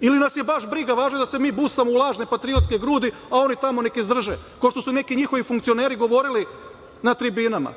ili nas je baš briga, važno je da se mi busamo u lažne patriotske grudi, a oni tamo neka izdrže, ko što su neki njihovi funkcioneri govorili na tribinama.